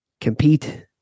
compete